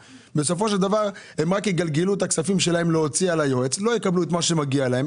בסופו של דבר הם יוציאו את הכספים על היועץ בלי לקבל את מה שמגיע להם.